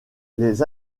les